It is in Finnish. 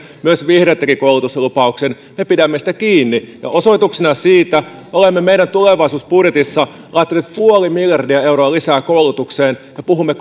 myös vihreät teki koulutuslupauksen me pidämme siitä kiinni osoituksena siitä olemme meidän tulevaisuusbudjetissamme laittaneet puoli miljardia euroa lisää koulutukseen ja puhumme